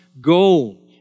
goal